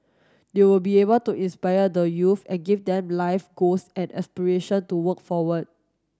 they will be able to inspire the youths and give them life goals and aspiration to work forward